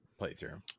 playthrough